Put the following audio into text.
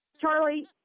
Charlie